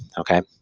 okay.